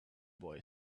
boy